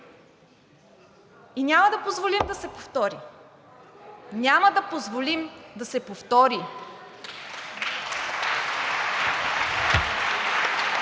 и няма да позволим да се повтори. Няма да позволим да се повтори и